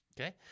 Okay